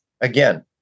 Again